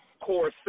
Core